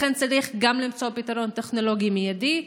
לכן צריך גם למצוא פתרון טכנולוגי מיידי,